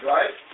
Right